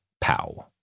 pow